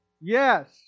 Yes